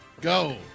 Go